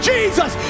Jesus